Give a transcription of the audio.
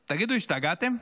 תגידו, השתגעתם?